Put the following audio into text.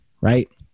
right